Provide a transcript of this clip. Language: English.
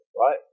right